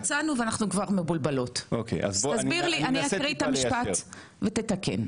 אני אקריא את המשפט ואתה תתקן.